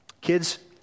Kids